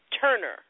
Turner